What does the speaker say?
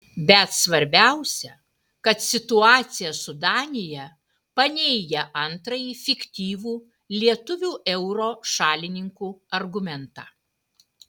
bet svarbiausia kad situacija su danija paneigia antrąjį fiktyvų lietuvių euro šalininkų argumentą